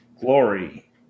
glory